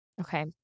Okay